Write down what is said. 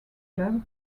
club